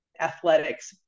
athletics